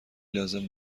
لازم